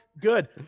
good